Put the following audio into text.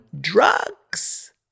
drugs